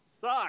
suck